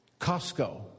Costco